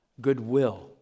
goodwill